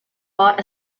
bought